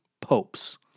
popes